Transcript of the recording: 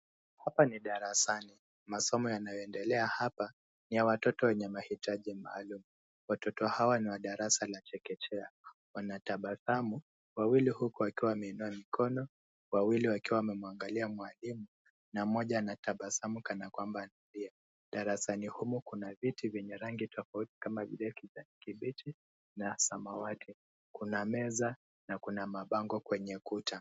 Hapa ni darasani masomo yanayoendelea hapa ni ya watoto wenye mahitaji maalum. Watoto hawa ni wa darasa la chekechea. Wanatabasamu, wawili huku wakiwa wameinua mikono, wawili wakiwa wamemwangalia mwalimu na mmoja anatabasamu kana kwamba analia. Darasani humu kuna viti vyenye rangi tofauti kama vile kijani kibichi na samawati. Kuna meza na kuna mabango kwenye kuta.